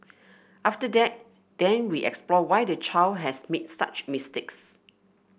after that then we explore why the child has made such mistakes